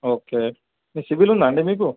okay మీ CIBIL ఉందా అండి మీకు